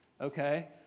okay